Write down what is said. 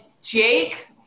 Jake